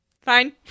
Fine